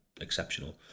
Exceptional